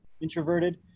introverted